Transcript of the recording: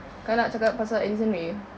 kau nak cakap pasal addison rae